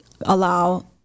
allow